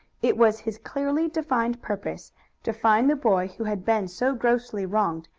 it was his clearly defined purpose to find the boy who had been so grossly wronged,